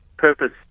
purpose